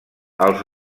els